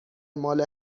مال